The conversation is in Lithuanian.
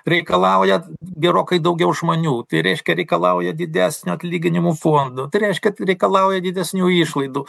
reikalauja gerokai daugiau žmonių tai reiškia reikalauja didesnio atlyginimų fondo tai reiškia reikalauja didesnių išlaidų